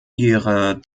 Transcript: ihrer